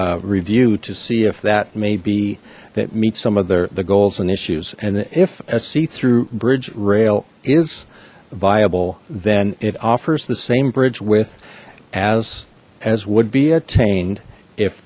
to review to see if that maybe that meets some of the goals and issues and if a see through bridge rail is viable then it offers the same bridge with as as would be attained if